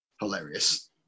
hilarious